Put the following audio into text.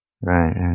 right